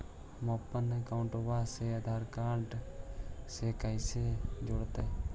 हमपन अकाउँटवा से आधार कार्ड से कइसे जोडैतै?